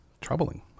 troubling